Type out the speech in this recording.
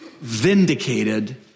vindicated